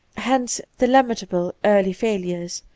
hence the lamentable early failures,